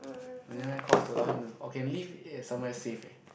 never mind cause allow him to okay leave it at somewhere safe eh